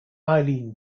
eileen